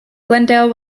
glendale